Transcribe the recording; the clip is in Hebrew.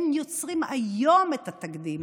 הם יוצרים היום את התקדים,